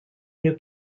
new